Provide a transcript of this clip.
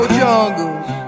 jungles